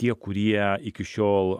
tie kurie iki šiol